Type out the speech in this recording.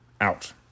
out